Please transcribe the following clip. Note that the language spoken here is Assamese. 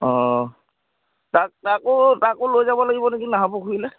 অঁ তাক তাকো তাকো লৈ যাব লাগিব নেকি নাহৰ পুখুৰীলৈ